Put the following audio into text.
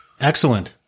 Excellent